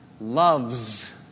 loves